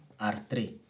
r3